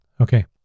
Okay